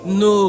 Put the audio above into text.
no